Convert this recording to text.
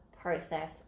process